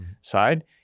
side